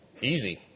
Easy